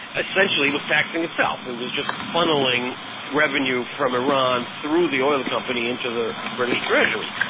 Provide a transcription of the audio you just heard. essentially was taxing itself and was just funnelling revenue from iran through the oil company into the british treasury.